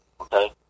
okay